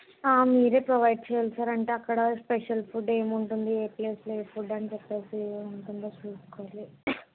మీరే ప్రొవైడ్ చేయాలి సార్ అంటే అక్కడ స్పెషల్ ఫుడ్ ఏముంటుంది ఏ ప్లేస్లో ఏ ఫుడ్ అని చెప్పేసి ఉంటుందో చూసుకొని